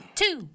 two